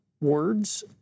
words